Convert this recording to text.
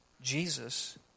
Jesus